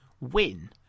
win